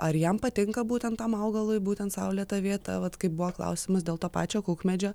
ar jam patinka būtent tam augalui būtent saulėta vieta vat kaip buvo klausimas dėl to pačio kukmedžio